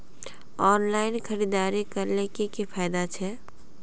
Online खरीदारी करले की की फायदा छे?